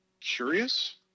curious